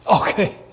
Okay